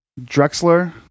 Drexler